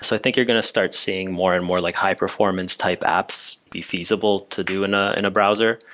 so think you're going to start seeing more and more like high-performance type apps be feasible to do in ah in a browser.